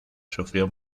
sufrió